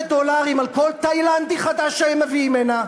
דולרים על כל תאילנדי חדש שמביאים הנה,